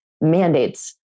mandates